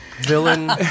Villain